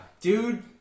dude